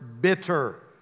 bitter